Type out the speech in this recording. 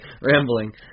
rambling